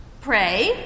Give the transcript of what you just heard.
Pray